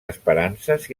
esperances